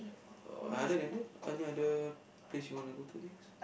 uh other than that any other plays you want to go to next